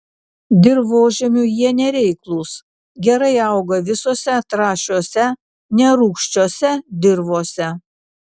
dirvožemiui jie nereiklūs gerai auga visose trąšiose nerūgščiose dirvose